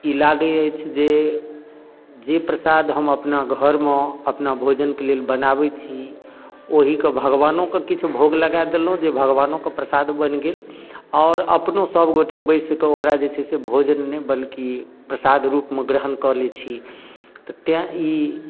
ई लागैत अछि जे जे प्रसाद हम अपना घरमे अपना भोजनके लेल बनाबैत छी ओहिके भगवानोके किछु भोग लगा देलहुँ जे भगवानोके प्रसाद बनि गेल आओर अपनो सभ गोटे बैसि कऽ ओकरा जे छै से भोजन नहि बल्कि प्रसाद रूपमे ग्रहण कऽ लैत छी तऽ तैँ ई